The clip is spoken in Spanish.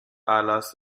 alas